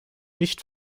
nicht